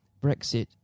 Brexit